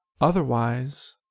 otherwise